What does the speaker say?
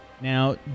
now